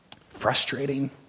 frustrating